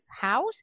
house